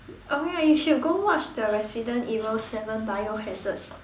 oh ya you should go watch the Resident Evil seven Biohazard